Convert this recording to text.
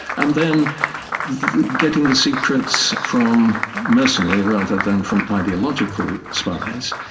and then getting the secrets from mercenary rather than from ideological spies,